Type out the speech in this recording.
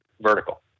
vertical